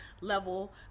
level